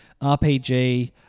RPG